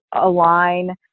align